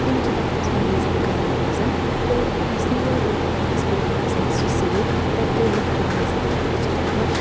تِم چھِ تتھ منٛز واریاہ زیادٕ گَرم روزان تہٕ اَسہِ نِیو اوٚترٕ أکِس پِکنِکس منٛز سُہ سۭتۍ تَتہِ گٔیے لُکھ واریاہ زیادٕ تَتھ وٕچھِتھ خۄش